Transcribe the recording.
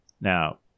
Now